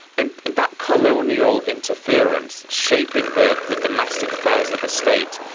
and and that colonial interference, shaping the the domestic affairs of a state,